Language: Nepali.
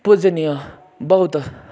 पूजनीय बौद्ध